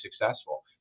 successful